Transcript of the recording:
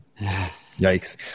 Yikes